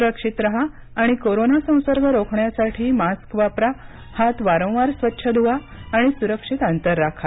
सुरक्षित राहा आणि कोरोना संसर्ग रोखण्यासाठी मास्क वापरा हात वारंवार स्वच्छ धुवा सुरक्षित अंतर ठेवा